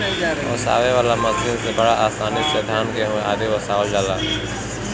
ओसावे वाला मशीन से बड़ा आसानी से धान, गेंहू आदि ओसावल जाला